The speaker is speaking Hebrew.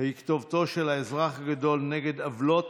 היא כתובתו של האזרח הגדול נגד עוולות